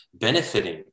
benefiting